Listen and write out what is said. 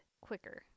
quicker